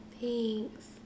Thanks